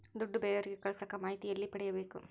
ದುಡ್ಡು ಬೇರೆಯವರಿಗೆ ಕಳಸಾಕ ಮಾಹಿತಿ ಎಲ್ಲಿ ಪಡೆಯಬೇಕು?